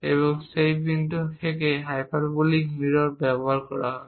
এবং সেই একটি বিন্দু থেকে হাইপারবোলিক মিরর ব্যবহার করা হবে